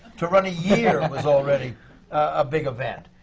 to run a year was already a big event.